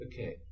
okay